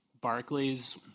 Barclays